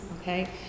okay